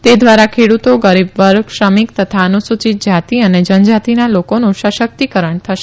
તે દ્વારા ખેડ઼તોગરીબ વર્ગ શ્રમિક તથા અનુસુચિત જાતિ અને જનજાતિના લોકોનું સશકિતકરણ થશે